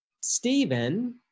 Stephen